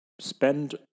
Spend